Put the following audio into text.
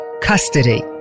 custody